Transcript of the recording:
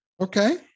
Okay